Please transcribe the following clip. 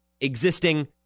existing